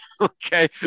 okay